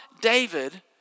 David